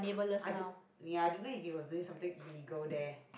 I don't ya I don't know if he was doing something illegal there